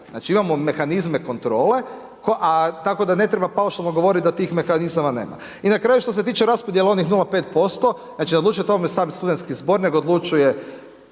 Znači imamo mehanizme kontrole, a tako da ne treba paušalno govorit da tih mehanizama nema. I na kraju što se tiče raspodjele onih 0,5% znači ne odlučuje o tome sam studentski zbor nego